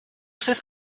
says